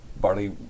barley